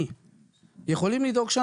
יהיו לווים נוספים,